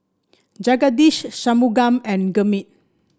Jagadish Shunmugam and Gurmeet